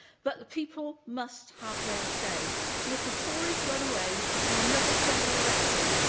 but the people must have their say, so if the tories run away from another general election,